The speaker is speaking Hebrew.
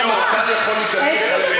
אז ראש יאח"ה לא ייכנס,